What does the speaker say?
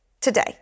today